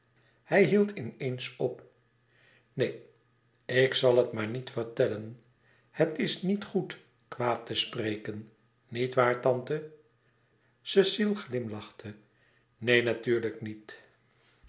hij hield in eens op neen ik zal het maar niet vertellen het is niet goed kwaad te spreken niet waar tante cecile glimlachte neen natuurlijk niet